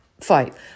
fight